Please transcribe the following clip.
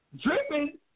Dripping